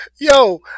Yo